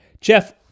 Jeff